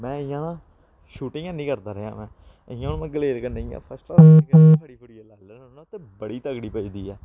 में इ'यां ना शूटिंग हैनी करदा रेहा में इ'यां हून में ग्लेर कन्नै इ'यां फड़ी फुड़ियै लाई लैन्ना होन्ना ते बड़ी तकड़ी पचदी ऐ